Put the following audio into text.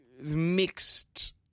mixed